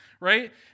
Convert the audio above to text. right